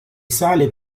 sale